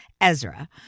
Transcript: Ezra